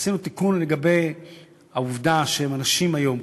עשינו תיקון לגבי העובדה שאנשים היום,